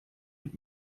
mit